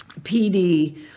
pd